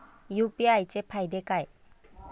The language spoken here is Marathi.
यु.पी.आय चे फायदे काय?